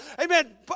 Amen